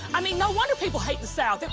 i mean, no wonder people hate the south. and